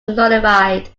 nullified